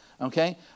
Okay